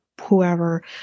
whoever